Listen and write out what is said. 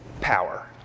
power